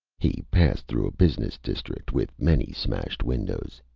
he passed through a business district, with many smashed windows.